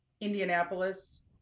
Indianapolis